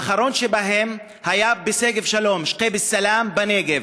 האחרון שבהם היה בשגב-שלום בנגב,